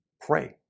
pray